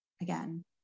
again